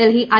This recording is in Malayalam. ഡൽഹി ഐ